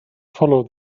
follow